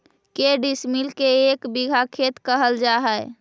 के डिसमिल के एक बिघा खेत कहल जा है?